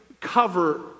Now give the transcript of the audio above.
cover